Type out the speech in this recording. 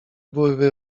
byłyby